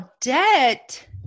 debt